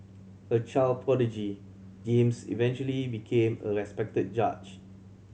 a child prodigy James eventually became a respected judge